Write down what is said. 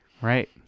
Right